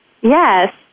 yes